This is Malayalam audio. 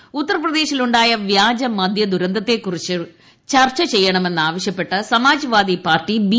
പ്രതിപക്ഷം ഉത്തർപ്രദേശിലുണ്ടായ വ്യാജ് മദ്യ ദുരന്തത്തെക്കുറിച്ച് ചർച്ച ചെയ്യണമെന്നാവശ്യപ്പെട്ട് സ്റ്മാജ്വാദി പാർട്ടി ബി